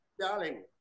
Darling